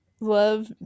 love